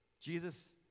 Jesus